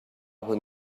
hun